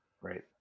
right